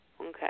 Okay